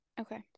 Okay